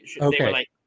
Okay